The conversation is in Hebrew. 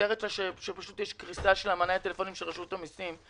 שיש קריסה של המענה הטלפוני של רשות המיסים,